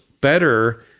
better